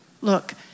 Look